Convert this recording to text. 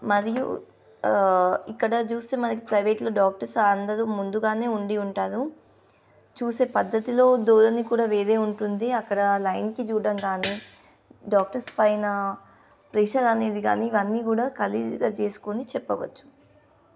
మరియు ఇక్కడ చూస్తే మనకి ప్రైవేట్లో డాక్టర్స్ అందరూ ముందుగానే ఉండి ఉంటారు చూసే పద్ధతిలో దూరని కూడా వేరే ఉంటుంది అక్కడ లైన్కి చూడడం కానీ డాక్టర్స్ పైన ప్రెషర్ అనేది కానీ ఇవన్నీ కూడా ఖచ్చితం చేసుకుని చెప్పవచ్చు